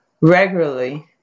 regularly